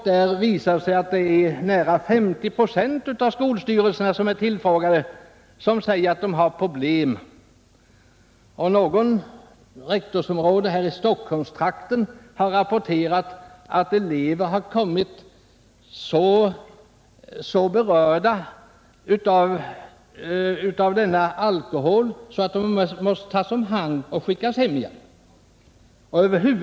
Det visar sig att nära 50 procent av de skolstyrelser som är tillfrågade säger att de har problem med detta. Något rektorsområde i Stockholmstrakten har rapporterat, att elever har kommit till skolan så berörda av denna alkohol att de har måst tas om hand och skickas hem igen.